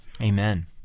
amen